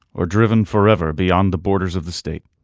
or driven forever beyond the borders of the state.